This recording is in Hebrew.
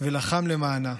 ולחם למענה.